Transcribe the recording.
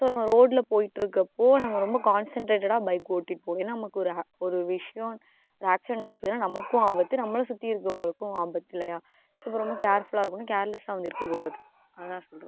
so நம்ம ரோடில் போய்ட்டுருக்க அப்போது நாங்கள் ரொம்ப கான்சன்ரேட்டடா பைக் ஓட்டிட்டு போகணும் என்னா நமக்கு ஒரு ஆ ஒரு விஷயம் ஒரு ஆக்சிடென்ட் நடக்குதுன்னா நமக்கும் ஆபத்து நம்மளை சுற்றிருக்கவங்களுக்கும் ஆபத்து இல்லையா ஸோ இப்போ ரொம்ப கேர்ஃபுல்லா இருக்கணும் கேர்லெசா வந்து இருக்க கூடாது அதுதான் நான் சொல்கிறேன்